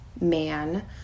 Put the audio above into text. man